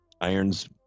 Iron's